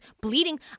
bleeding